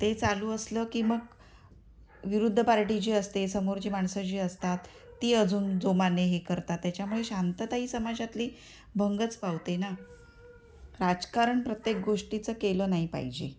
ते चालू असलं की मग विरुद्ध पार्टी जी असते समोरची माणसं जी असतात ती अजून जोमाने हे करतात त्याच्यामुळे शांतता ही समाजातली भंगच पावते ना राजकारण प्रत्येक गोष्टीचं केलं नाही पाहिजे